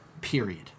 period